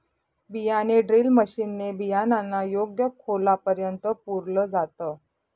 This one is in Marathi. बियाणे ड्रिल मशीन ने बियाणांना योग्य खोलापर्यंत पुरल जात